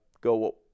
go